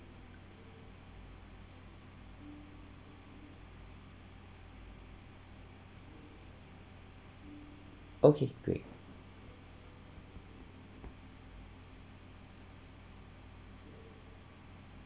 okay great